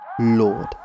Lord